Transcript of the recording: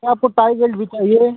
क्या आपको tie belt भी चाहिए